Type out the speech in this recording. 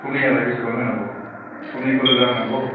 सुनैयालाय बेसेबां होनांगौ सुनैखौ रोजा होनांगौ